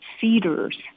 feeders